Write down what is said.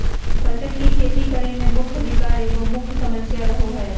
फसल के खेती करे में भूमि विकार एगो मुख्य समस्या रहो हइ